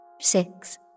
Six